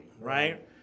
right